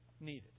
needed